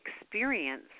experience